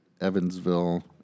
Evansville